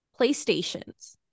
PlayStations